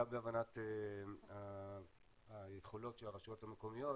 בהבנת היכולות של הרשויות המקומיות